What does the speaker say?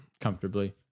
Comfortably